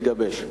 יגבש.